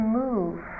move